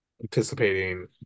anticipating